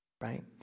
right